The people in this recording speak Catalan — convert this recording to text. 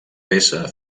peça